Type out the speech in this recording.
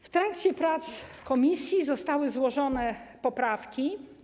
W trakcie prac komisji zostały złożone poprawki.